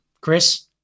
Chris